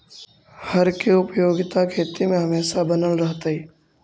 हर के उपयोगिता खेती में हमेशा बनल रहतइ